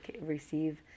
receive